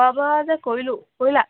খোৱা বোৱা যে কৰিলোঁ কৰিলা